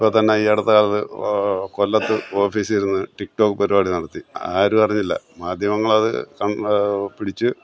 ഇപ്പോള്ത്തന്നെ ഈ അടുത്തകാലത്ത് കൊല്ലത്ത് ഓഫീസിലിരുന്ന് ടിക്ടോക് പരിപാടി നടത്തി ആരും അറിഞ്ഞില്ല മാധ്യമങ്ങൾ അത് ക പിടിച്ച്